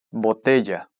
Botella